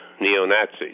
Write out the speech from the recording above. neo-Nazis